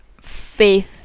faith